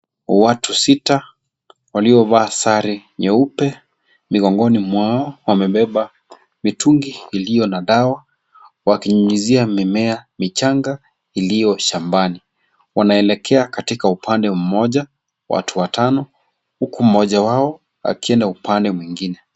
Watu sita waliovaa sare nyeupe. Mgongoni mwao, wamebeba mitungi iliyo na dawa wakinyunyizia mimea mchanga iliyo shambani. Wanaelekea katika upande moja watu watano, huku mmoja wao wakienda upande mwingine.